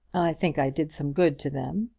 think i did some good to them.